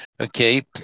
okay